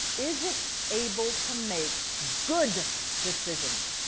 is it able to make good decisions,